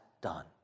done